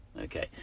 Okay